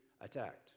attacked